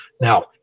Now